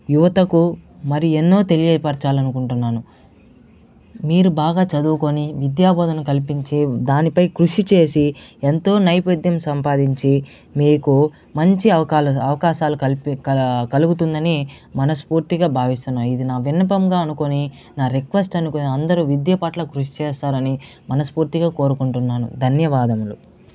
యువతకు మరి ఎన్నో తెలియపరచాలనుకుంటున్నాను మీరు బాగా చదువుకొని విద్యాబోధన కల్పించే దానిపై కృషి చేసి ఎంతో నై ద్యం సంపాదించి మీకు మంచి అవకాలు అవకాశాలు కలిపి కల కలుగుతుందని మనస్పూర్తిగా భావిస్తున్నా ఇది నా విన్నపముగా అనుకోని నా రిక్వెస్ట్ అనుకోని అందరూ విద్య పట్ల కృషి చేస్తారని మనస్పూర్తిగా కోరుకుంటున్నాను ధన్యవాదములు